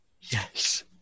yes